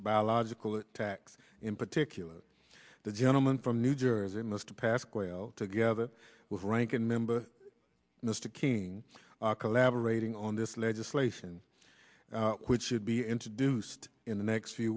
biological attacks in particular the gentleman from new jersey must pass quail together with ranking member mr king collaborating on this legislation which should be introduced in the next few